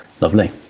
Lovely